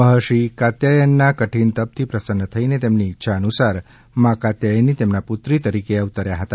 મહર્ષિ કાત્યાયનના કઠિન તપથી પ્રસન્ન થઈને તેમની ઈચ્છા અનુસાર મા કાત્યાયની તેમના પુત્રી તરીકે અવતર્યા હતા